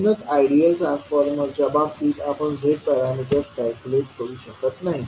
म्हणूनच आयडियल ट्रान्सफॉर्मर्सच्या बाबतीत आपण Z पॅरामीटर्स कॅल्क्युलेट करू शकत नाही